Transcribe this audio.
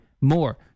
more